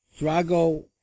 Drago